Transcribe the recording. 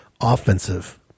offensive